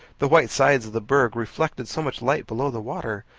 the white sides of the berg reflected so much light below the water,